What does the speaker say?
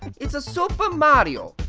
it's a super mario,